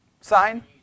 sign